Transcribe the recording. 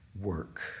work